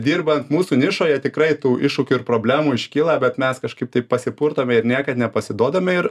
dirbant mūsų nišoje tikrai tų iššūkių ir problemų iškyla bet mes kažkaip taip pasipurtome ir niekad nepasiduodame ir